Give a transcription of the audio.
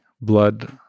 blood